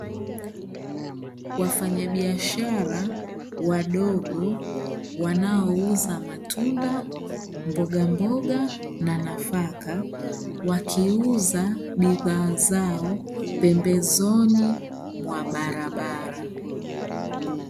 Wafanyabiashara wadogo wanaouza matunda, mboga mboga, na nafaka , wakiuza bidhaa zao pembezoni mwa barabara.